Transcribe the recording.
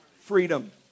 Freedom